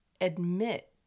admit